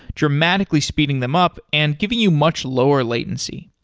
dramatically speeding them up and giving you much lower latency.